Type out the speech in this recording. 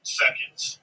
seconds